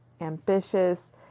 Ambitious